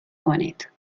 کنید